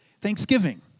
Thanksgiving